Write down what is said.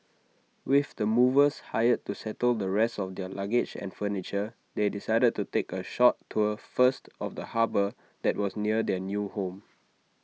with the movers hired to settle the rest of their luggage and furniture they decided to take A short tour first of the harbour that was near their new home